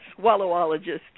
swallowologist